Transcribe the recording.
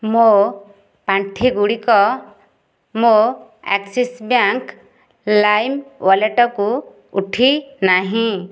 ମୋ ପାଣ୍ଠିଗୁଡ଼ିକ ମୋ ଆକ୍ସିସ୍ ବ୍ୟାଙ୍କ୍ ଲାଇମ୍ ୱାଲେଟକୁ ଉଠି ନାହିଁ